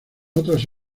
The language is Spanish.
otras